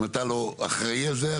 אם אתה לא אחראי על זה,